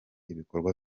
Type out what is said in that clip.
ibikorwa